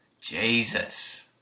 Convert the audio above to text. Jesus